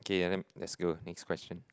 okay let's go next question